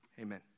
Amen